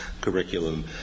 curriculum